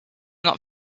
not